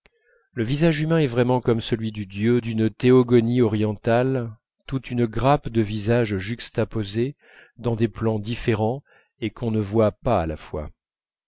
le visage humain est vraiment comme celui du dieu d'une théogonie orientale toute une grappe de visages juxtaposés dans des plans différents et qu'on ne voit pas à la fois